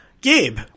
Gabe